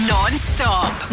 Non-stop